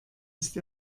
ist